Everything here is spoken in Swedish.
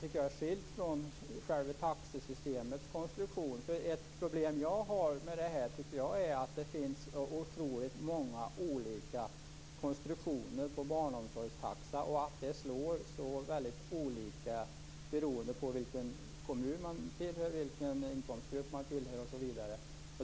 Det är skilt från själva taxesystemets konstruktion. Ett problem är att det finns otroligt många olika konstruktioner på barnomsorgstaxa, och det slår olika beroende på vilken kommun man bor i, vilken inkomstgrupp man tillhör osv.